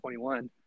21